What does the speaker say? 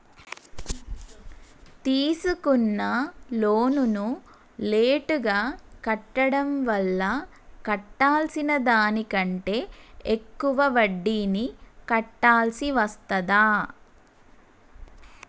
తీసుకున్న లోనును లేటుగా కట్టడం వల్ల కట్టాల్సిన దానికంటే ఎక్కువ వడ్డీని కట్టాల్సి వస్తదా?